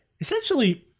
essentially